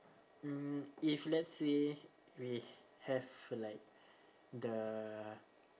mm if let's say we have like the